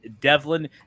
Devlin